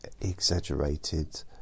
exaggerated